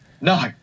No